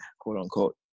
quote-unquote